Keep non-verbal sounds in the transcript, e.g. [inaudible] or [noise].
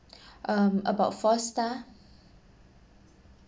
[breath] um about four star